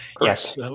Yes